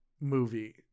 movie